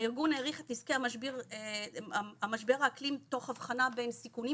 הארגון העריך את נזקי משבר האקלים תוך הבחנה בין סיכונים